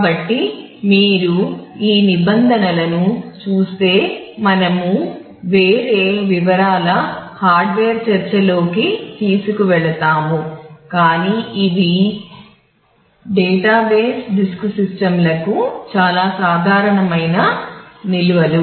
కాబట్టి మీరు ఈ నిబంధనలను చూస్తే మనము వేరే వివరాల హార్డ్వేర్లకు చాలా సాధారణమైన నిల్వలు